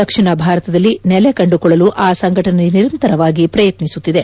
ದಕ್ಷಿಣ ಭಾರತದಲ್ಲಿ ನೆಲೆ ಕಂಡುಕೊಳ್ಳಲು ಆ ಸಂಘಟನೆ ನಿರಂತರವಾಗಿ ಪಯುತ್ತಿಸುತ್ತಿದೆ